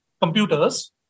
computers